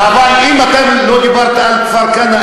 אבל אם אתה לא דיברת על כפר-כנא,